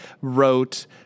wrote